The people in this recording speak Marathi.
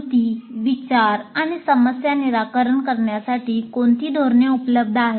स्मृती विचार आणि समस्या निराकरण करण्यासाठी कोणती धोरणे उपलब्ध आहेत